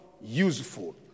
useful